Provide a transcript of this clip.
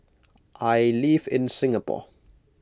I live in Singapore